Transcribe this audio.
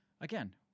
Again